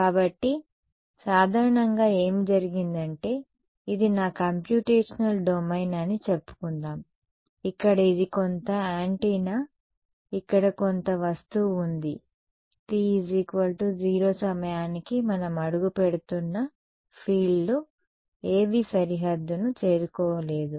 కాబట్టి సాధారణంగా ఏమి జరిగిందంటే ఇది నా కంప్యూటేషనల్ డొమైన్ అని చెప్పుకుందాం ఇక్కడ ఇది కొంత యాంటెన్నా ఇక్కడ కొంత వస్తువు ఉంది t0 సమయానికి మనం అడుగుపెడుతున్న ఫీల్డ్లు ఏవీ సరిహద్దును చేరుకోలేదు